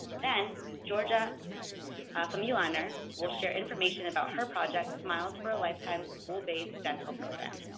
then, georgia famuliner will share information about her project, smiles for a lifetime school based dental program.